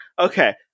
Okay